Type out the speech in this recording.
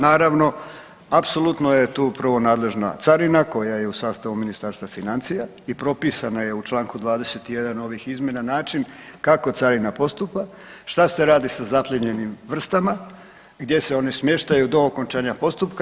Naravno apsolutno je tu prvo nadležna carina koja je u sastavu Ministarstva financija i propisana je u članku 21. ovih izmjena način kako carina postupa, šta se radi sa zaplijenjenim vrstama, gdje se one smještaju do okončanja postupka.